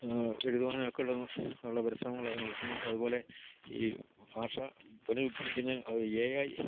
എഴുതുവാനൊക്കെ ഉള്ള ഉള്ള പരിശ്രമങ്ങളൊക്കെ നടത്തുന്നുണ്ട് അതുപോലെ ഈ ഭാഷാ പുനരുദ്ധാനിക്കുന്ന അത് എ ഐ